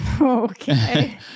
Okay